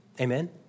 Amen